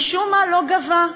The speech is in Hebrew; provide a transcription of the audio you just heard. משום מה לא גבה.